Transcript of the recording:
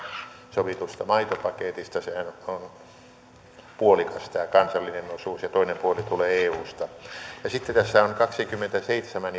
sovitusta maitopaketista sehän on puolikas tämä kansallinen osuus ja toinen puoli tulee eusta sitten tässä on kaksikymmentäseitsemän